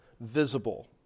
visible